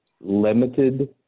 limited